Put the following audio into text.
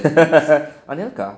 anelka